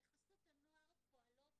בחסות הנוער פועלות